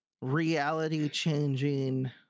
reality-changing